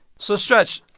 so stretch,